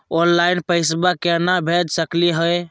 Online पैसवा केना भेज सकली हे?